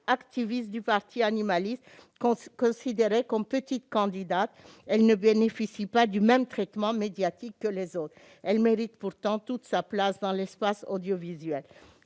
activiste du parti animaliste. Considérée comme une « petite candidate », elle ne bénéficie pas du même traitement médiatique que les autres. Elle mérite pourtant toute sa place dans l'espace audiovisuel.